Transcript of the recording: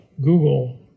Google